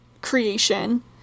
Creation